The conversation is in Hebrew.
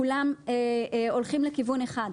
כולם הולכים לכיוון אחד.